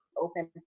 open